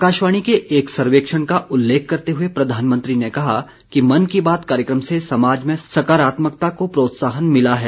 आकाशवाणी के एक सर्वेक्षण का उल्लेख करते हुए प्रधानमंत्री ने कहा कि मन की बात कार्यक्रम से समाज में सकारात्मकता को प्रोत्साहन मिला है